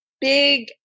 big